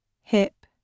hip